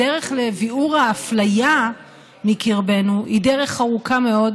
לביעור האפליה מקרבנו היא דרך ארוכה מאוד,